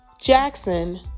Jackson